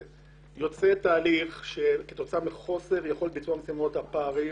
יוצא תהליך כתוצאה מחוסר יכולת ביצוע משימות שיוצר פערים.